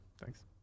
Thanks